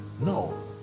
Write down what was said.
no